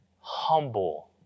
Humble